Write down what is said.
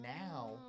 now